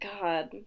God